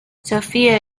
sofia